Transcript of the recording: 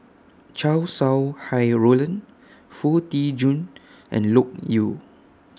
Chow Sau Hai Roland Foo Tee Jun and Loke Yew